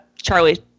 Charlie